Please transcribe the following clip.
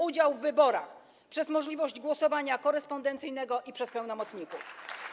udział w wyborach dzięki możliwości głosowania korespondencyjnego i przez pełnomocników.